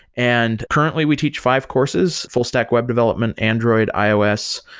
and currently we teach five courses. full stack web development, android, ios,